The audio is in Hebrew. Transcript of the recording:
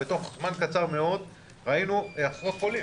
בתוך זמן קצר מאוד ראינו עשרות חולים.